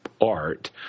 art